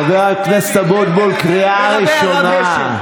חבר הכנסת אבוטבול, קריאה ראשונה.